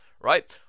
right